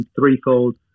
threefold